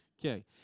Okay